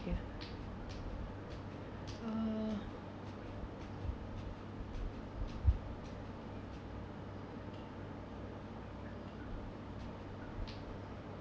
ya uh